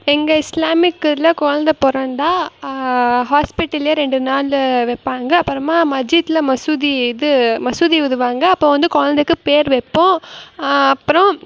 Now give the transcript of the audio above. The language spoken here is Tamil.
எங்கள் இஸ்லாமிக் இதில் கொழந்தை பிறந்தால் ஹாஸ்பிட்டலில் ரெண்டு நாள் வைப்பாங்க அபபுறமா மஸ்ஜிதில் மசூதி இது மசூதி ஓதுவாங்க அப்போ வந்து கொழந்தைக்கி பேர் வைப்போம் அப்புறம்